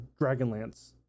Dragonlance